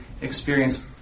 experience